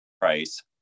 price